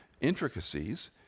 intricacies